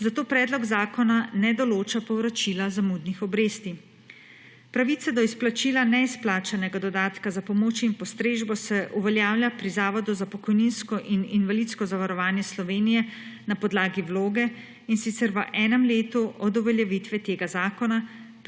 zato predlog zakona ne določa povračila zamudnih obresti. Pravice do izplačila neizplačanega dodatka za pomoč in postrežbo se uveljavlja pri Zavodu za pokojninsko in invalidsko zavarovanje Slovenije na podlagi vloge, in sicer v enem letu od uveljavitve tega zakona,